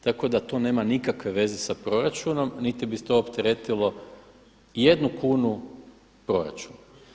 Tako da to nema nikakve veze sa proračunom niti bi to opteretilo jednu kunu proračuna.